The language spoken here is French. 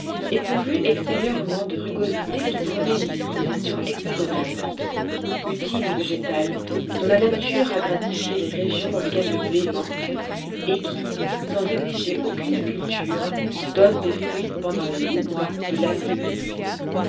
et pourvus extérieurement de rugosités qui prenaient une disposition hexagonale utile végétal dont la nature a gratifie les régions auxquelles le blé manque et qui sans exiger aucune culture donne des fruits pendant huit mois de l'année